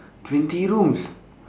twenty rooms